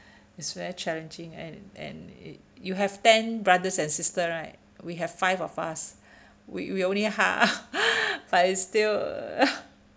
it's very challenging and and y~ you have ten brothers and sister right we have five of us we we only half but it's still